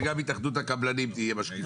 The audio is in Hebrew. שגם התאחדות הקבלנים תהיה משקיף.